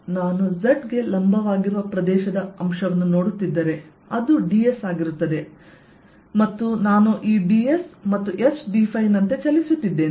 ಮತ್ತು ನಾನು Z ಗೆ ಲಂಬವಾಗಿರುವ ಪ್ರದೇಶದ ಅಂಶವನ್ನು ನೋಡುತ್ತಿದ್ದರೆ ಅದು ds ಆಗಿರುತ್ತದೆ ಮತ್ತು ನಾನು ಈ dS ಮತ್ತು S d ನಂತೆ ಚಲಿಸುತ್ತಿದ್ದೇನೆ